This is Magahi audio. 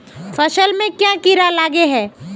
फसल में क्याँ कीड़ा लागे है?